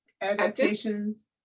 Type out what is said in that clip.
adaptations